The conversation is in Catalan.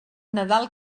nadal